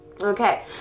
okay